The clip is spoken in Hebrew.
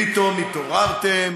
פתאום התעוררתם.